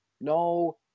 No